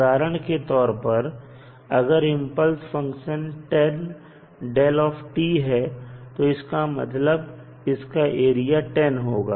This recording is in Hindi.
उदाहरण के तौर पर अगर इंपल्स फंक्शन 10 है तो इसका मतलब इसका एरिया 10 होगा